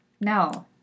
No